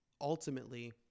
ultimately